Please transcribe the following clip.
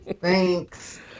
Thanks